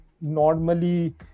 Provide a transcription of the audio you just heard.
normally